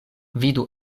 vidu